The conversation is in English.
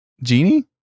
Genie